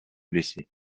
blessés